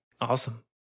Awesome